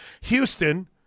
Houston